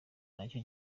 nacyo